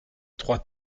trois